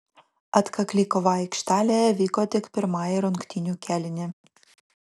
atkakli kova aikštelėje vyko tik pirmąjį rungtynių kėlinį